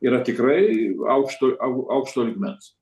yra tikrai aukšto aukšto lygmens